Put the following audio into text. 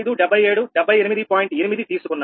8 తీసుకున్నాను